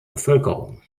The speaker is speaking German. bevölkerung